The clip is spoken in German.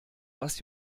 was